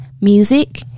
music